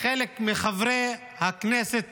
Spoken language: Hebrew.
חלק מחברי הכנסת